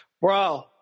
Bro